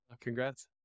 Congrats